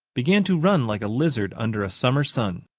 began to run like a lizard under a summer sun.